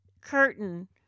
curtain